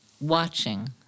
watching